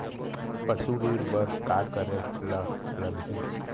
पशु ऋण बर का करे ला लगही?